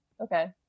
Okay